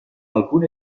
alcune